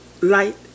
light